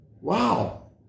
Wow